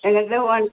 എങ്ങോട്ടാണ് പോൻ